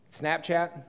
Snapchat